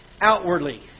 outwardly